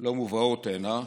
לא מובאות הנה,